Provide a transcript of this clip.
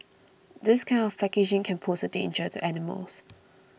this kind of packaging can pose a danger to animals